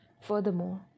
Furthermore